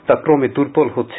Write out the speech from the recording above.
তা ক্রমে দুর্বল হচ্ছে